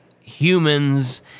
humans